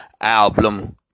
album